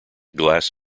glass